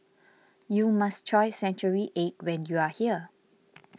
you must try Century Egg when you are here